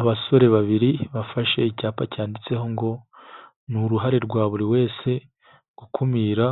Abasore babiri bafashe icyapa cyanditseho ngo ni uruhare rwa buri wese gukumira,